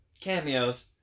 cameos